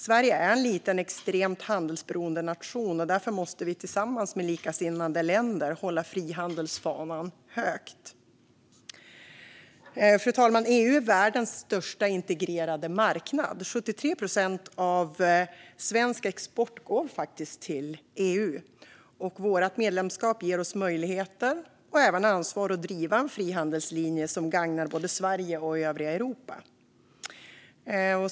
Sverige är en liten, extremt handelsberoende nation, och därför måste vi tillsammans med likasinnade länder hålla frihandelsfanan högt. Fru talman! EU är världens största integrerade marknad. 73 procent av svensk export går faktiskt till EU. Vårt medlemskap ger oss möjligheter och även ansvar att driva en frihandelslinje som gagnar både Sverige och övriga Europa.